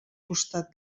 costat